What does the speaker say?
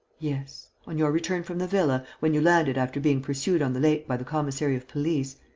yes. on your return from the villa, when you landed after being pursued on the lake by the commissary of police,